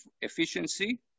efficiency